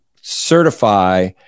certify